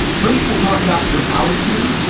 first, we'll talk about your outer ear.